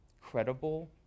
credible